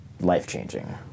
life-changing